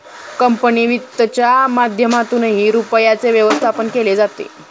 company वित्तच्या माध्यमातूनही रुपयाचे व्यवस्थापन केले जाते